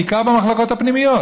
בעיקר במחלקות הפנימיות.